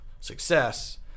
success